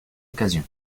occasion